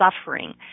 suffering